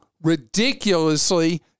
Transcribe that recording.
ridiculously